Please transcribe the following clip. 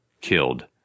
killed